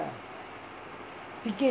ticket